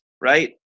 right